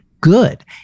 good